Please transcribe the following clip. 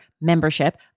membership